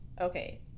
okay